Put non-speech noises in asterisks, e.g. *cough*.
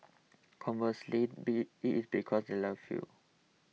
conversely *unintelligible* it is because they love you